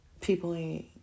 people